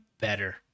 better